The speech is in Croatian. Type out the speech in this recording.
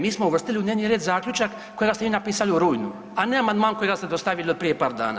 Mi smo uvrstili u dnevni red zaključak kojega ste vi napisali u rujnu, a ne amandman kojega ste dostavili od prije par dana.